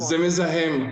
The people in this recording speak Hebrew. זה מזהם,